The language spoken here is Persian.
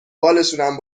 بالشونم